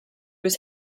was